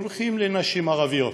הולכים לנשים ערביות.